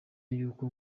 y’uko